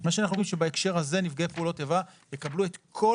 מה שאנחנו אומרים שבהקשר הזה נפגעי פעולות איבה יקבלו את כל